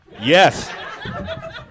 Yes